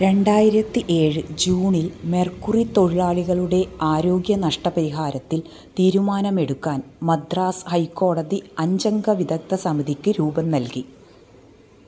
രണ്ടായിരത്തി ഏഴ് ജൂണിൽ മെർക്കുറി തൊഴിലാളികളുടെ ആരോഗ്യ നഷ്ട പരിഹാരത്തില് തീരുമാനമെടുക്കാൻ മദ്രാസ് ഹൈക്കോടതി അഞ്ചംഗ വിദഗ്ധ സമിതിക്ക് രൂപം നൽകി